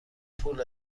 پول